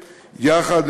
יחד,